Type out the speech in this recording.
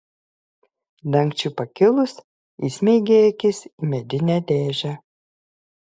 dangčiui pakilus įsmeigė akis į medinę dėžę